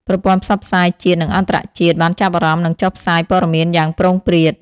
ប្រព័ន្ធផ្សព្វផ្សាយជាតិនិងអន្តរជាតិបានចាប់អារម្មណ៍និងចុះផ្សាយព័ត៌មានយ៉ាងព្រោងព្រាត។